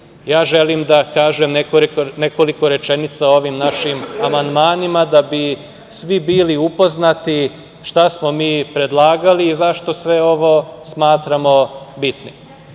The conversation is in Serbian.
ja želim da kažem nekoliko rečenica o ovim našim amandmanima da bi svi bili upoznati šta smo mi predlagali i zašto sve ovo smatramo bitnim. Mi